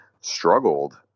struggled